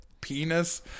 penis